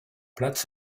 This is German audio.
platz